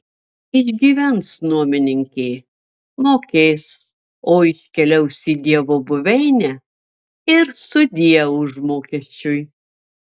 išgyvens nuomininkė mokės o iškeliaus į dievo buveinę ir sudieu užmokesčiui